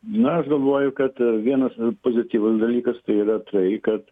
na aš galvoju kad vienas pozityvus dalykas tai yra tai kad